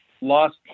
lost